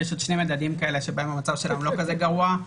יש עוד שני מדדים כאלה שהמצב שלנו לא גרוע כזה,